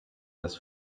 des